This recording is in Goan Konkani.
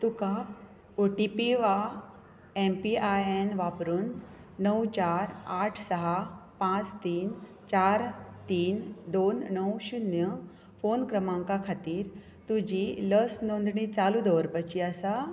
तुका ओ टी पी वा एम पी आय एन वापरून णव चार आठ स पांच तीन चारतीन दोन णव शुन्य फोन क्रमांका खातीर तुजी लस नोंदणी चालू दवरपाची आसा